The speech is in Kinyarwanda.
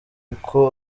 uko